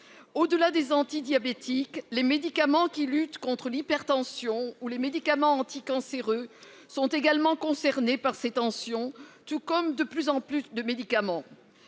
Au-delà des antidiabétiques, les médicaments de lutte contre l'hypertension ou anticancéreux sont également concernés par ces tensions, mais cela touche de plus en plus de médicaments.